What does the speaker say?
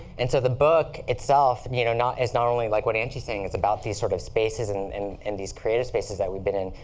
and so the book itself you know is not only like what angie's saying, it's about these sort of spaces and and and these creative spaces that we've been in,